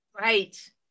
Right